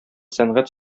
сәнгать